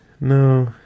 No